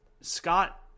Scott